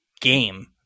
game